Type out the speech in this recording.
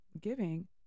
giving